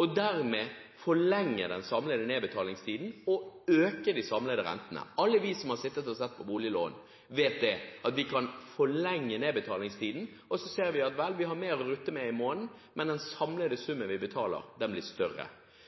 og dermed forlenge den samlede nedbetalingstiden og øke de samlede rentene. Alle vi som har sett på boliglån, vet at vi kan forlenge nedbetalingstiden. Vi ser at vi har mer å rutte med i måneden, men den samlede summen vi betaler, blir større.